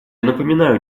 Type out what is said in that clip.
напоминаю